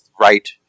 right